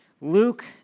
Luke